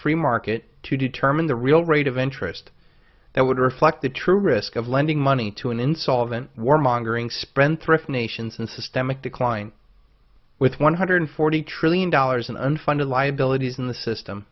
free market to determine the real rate of interest that would reflect the true risk of lending money to an insolvent warmongering spend thrift nations and systemic decline with one hundred forty trillion dollars in unfunded liabilities in the system